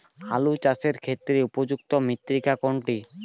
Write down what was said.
আলু চাষের ক্ষেত্রে উপযুক্ত মৃত্তিকা কোনটি?